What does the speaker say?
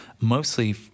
mostly